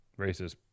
racist